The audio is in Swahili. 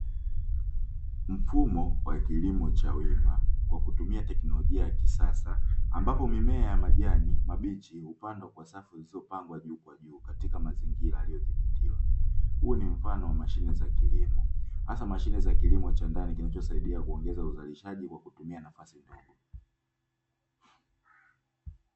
Mfumo wa kilimo cha wima kwa kutumia teknolojia ya kisasa ambapo mimea ya majani mabichi hupandwa kwa safu zilizopangwa juu kwa juu katika mazingira yaliyodhibitiwa. Huu ni mfano wa mashine za kilimo hasa mashine za kilimo cha ndani kinachosaidia kuongeza uzalishaji kwa kutumia nafasi ndogo.